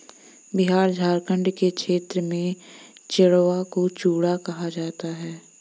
बिहार झारखंड के क्षेत्र में चिड़वा को चूड़ा कहा जाता है